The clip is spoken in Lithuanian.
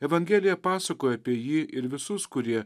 evangelija pasakoja apie jį ir visus kurie